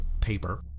paper